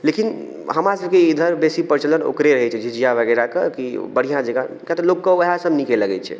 लेकिन हमरा सबके इधर बेसी प्रचलन ओकरे रहै छै झिझिया वगैरह के कि बढ़िऑं जेकाँ किए तऽ लोक कऽ वएह सब नीके लगै छै